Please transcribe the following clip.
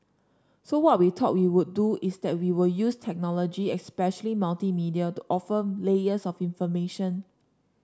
so what we thought we would do is that we will use technology especially multimedia to offer layers of information